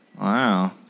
Wow